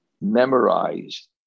memorized